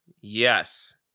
yes